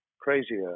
crazier